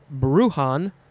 bruhan